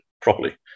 properly